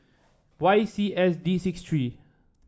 Y C S D six three